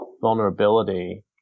vulnerability